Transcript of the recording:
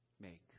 make